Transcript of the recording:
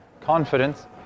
confidence